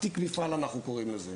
תיק מפעל אנחנו קוראים לזה.